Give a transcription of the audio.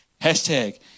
Hashtag